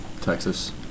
Texas